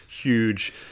huge